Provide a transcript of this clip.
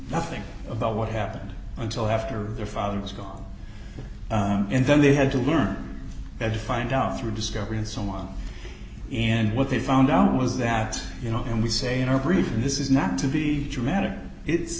nothing about what happened until after their father was gone and then they had to learn and find out through discovery and so on and what they found out was that you know and we say in our brief this is not to be dramatic i